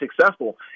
successful